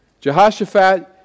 Jehoshaphat